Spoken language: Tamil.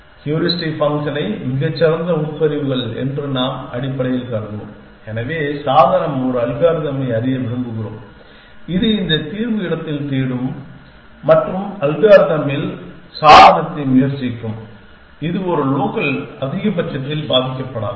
ஹூரிஸ்டிக் ஃபங்க்ஷனை மிகச் சிறந்த உட்பிரிவுகள் என்று நாம் அடிப்படையில் கருதுவோம் எனவே சாதனம் ஒரு அல்காரிதமை அறிய விரும்புகிறோம் இது இந்த தீர்வு இடத்தில் தேடும் மற்றும் அல்காரிதமில் சாதனத்தை முயற்சிக்கும் இது லோக்கல் அதிகபட்சத்தில் பாதிக்கப்படாது